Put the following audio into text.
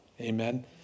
Amen